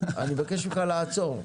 אני מבקש ממך לעצור.